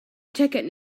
ticket